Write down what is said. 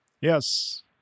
yes